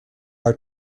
are